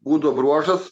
būdo bruožas